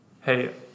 hey